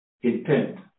intent